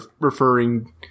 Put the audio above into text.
referring